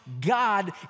God